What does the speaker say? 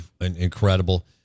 Incredible